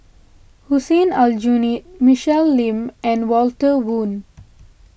Hussein Aljunied Michelle Lim and Walter Woon